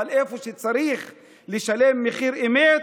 אבל איפה שצריך לשלם מחיר אמת,